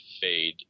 fade